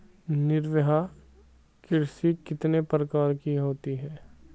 निर्वाह कृषि कितने प्रकार की होती हैं?